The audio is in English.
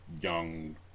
young